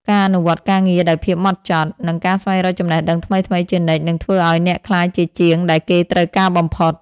ការអនុវត្តការងារដោយភាពហ្មត់ចត់ និងការស្វែងរកចំណេះដឹងថ្មីៗជានិច្ច នឹងធ្វើឱ្យអ្នកក្លាយជាជាងដែលគេត្រូវការបំផុត។